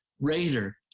Raider